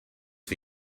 for